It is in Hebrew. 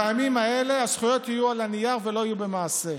בימים האלה הזכויות יהיו על הנייר ולא יהיו במעשה.